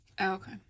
okay